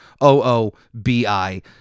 O-O-B-I